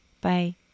Bye